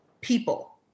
people